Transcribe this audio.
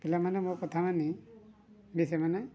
ପିଲାମାନେ ମୋ କଥା ମାନି ବି ସେମାନେ